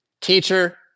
Teacher